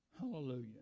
Hallelujah